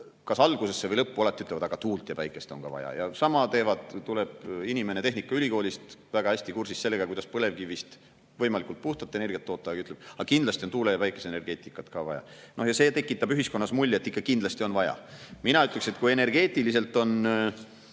kas algusesse või lõppu alati lisavad, et aga tuult ja päikest on ka vaja. Samamoodi, tuleb inimene tehnikaülikoolist, ta on väga hästi kursis sellega, kuidas põlevkivist võimalikult puhtalt energiat toota, aga ta ütleb, et kindlasti on tuule‑ ja päikeseenergeetikat ka vaja. See tekitabki ühiskonnas mulje, et kindlasti on vaja. Mina ütleksin, et kui energeetiliselt on